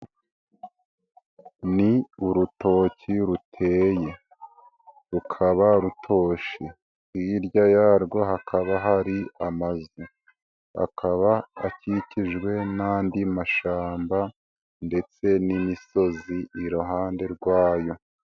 Ni urutoki ruteye rukaba rutoshye, hirya yarwo hakaba hari amazu akaba akikijwe n'andi mashamba ndetse n'imisozi iruhande rwayo.